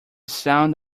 sound